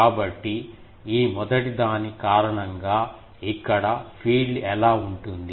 కాబట్టి ఈ మొదటి దాని కారణంగా ఇక్కడ ఫీల్డ్ ఎలా ఉంటుంది